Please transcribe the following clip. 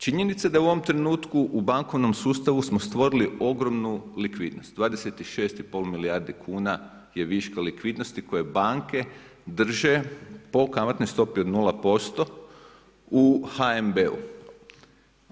Činjenica je da u ovom trenutku u bankovnom sustavu smo stvorili ogromnu likvidnost, 26,5 milijardi kuna je viška likvidnosti koje banke drže po kamatnoj stopi od 0% u HNB-u.